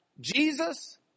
Jesus